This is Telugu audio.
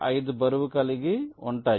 5 బరువు కలిగి ఉంటాయి